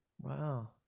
Wow